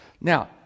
Now